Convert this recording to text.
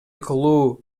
кылуу